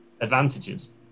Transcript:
advantages